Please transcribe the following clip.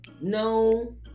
no